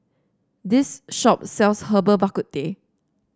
this shop sells Herbal Bak Ku Teh